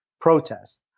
protest